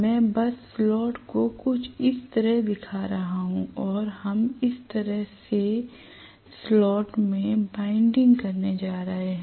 मैं बस स्लॉट को कुछ इस तरह दिखा रहा हूं और हम इस तरह से स्लॉट में वाइंडिंग करने जा रहे हैं